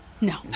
No